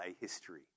history